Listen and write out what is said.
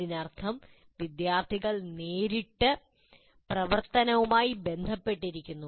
അതിനർത്ഥം വിദ്യാർത്ഥികൾ നേരിട്ട് പ്രവർത്തനവുമായി ബന്ധപ്പെട്ടിരിക്കുന്നു